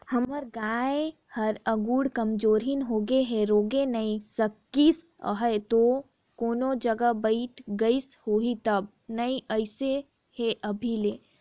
हमर घर गाय ह आरुग कमजोरहिन होगें हे रेंगे नइ सकिस होहि त कोनो जघा बइठ गईस होही तबे नइ अइसे हे अभी ले